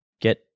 get